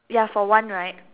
ya for one right